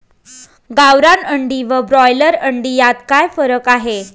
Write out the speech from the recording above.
गावरान अंडी व ब्रॉयलर अंडी यात काय फरक आहे?